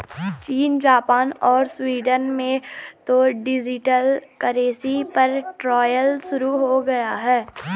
चीन, जापान और स्वीडन में तो डिजिटल करेंसी पर ट्रायल शुरू हो गया है